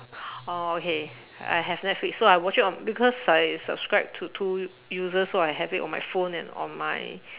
orh okay I have netflix so I watch it on because I subscribe to two users so I have it on my phone and on my